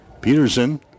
Peterson